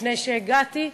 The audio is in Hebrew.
לפני שהגעתי לכנסת,